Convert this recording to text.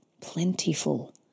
plentiful